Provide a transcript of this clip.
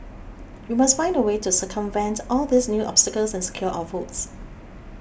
we must find a way to circumvent all these new obstacles and secure our votes